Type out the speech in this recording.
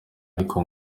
ariko